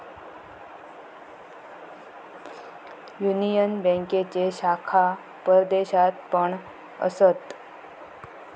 union बँकेचे शाखा परदेशात पण असत